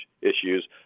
issues